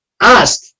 ask